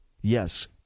yes